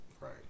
Right